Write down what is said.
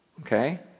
okay